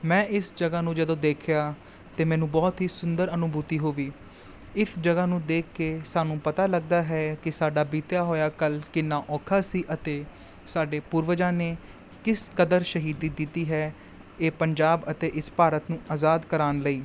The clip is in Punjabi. ਮੈਂ ਇਸ ਜਗ੍ਹਾ ਨੂੰ ਜਦੋਂ ਦੇਖਿਆ ਅਤੇ ਮੈਨੂੰ ਬਹੁਤ ਹੀ ਸੁੰਦਰ ਅਨੁਭੂਤੀ ਹੋ ਗਈ ਇਸ ਜਗ੍ਹਾ ਨੂੰ ਦੇਖ ਕੇ ਸਾਨੂੰ ਪਤਾ ਲੱਗਦਾ ਹੈ ਕਿ ਸਾਡਾ ਬੀਤਿਆ ਹੋਇਆ ਕੱਲ੍ਹ ਕਿੰਨਾਂ ਔਖਾ ਸੀ ਅਤੇ ਸਾਡੇ ਪੁਰਵਜਾਂ ਨੇ ਕਿਸ ਕਦਰ ਸ਼ਹੀਦੀ ਦਿੱਤੀ ਹੈ ਇਹ ਪੰਜਾਬ ਅਤੇ ਇਸ ਭਾਰਤ ਨੂੰ ਆਜ਼ਾਦ ਕਰਾਉੁਣ ਲਈ